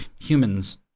humans